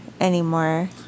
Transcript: anymore